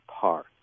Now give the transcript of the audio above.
par